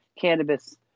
cannabis